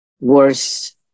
worse